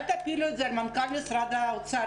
אל תפילו את זה על מנכ"ל משרד האוצר,